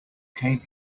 came